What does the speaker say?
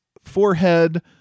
forehead